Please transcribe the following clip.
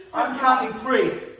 i'm counting three.